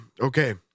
Okay